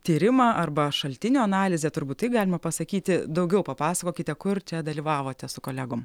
tyrimą arba šaltinio analizę turbūt taip galima pasakyti daugiau papasakokite kur čia dalyvavote su kolegom